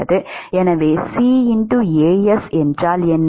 எனவே CAs என்றால் என்ன